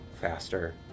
faster